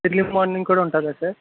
early morning కూడా ఉంటుందా sir